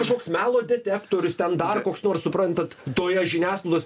kažkoks melo detektorius ten dar koks nors suprantat toje žiniasklaidos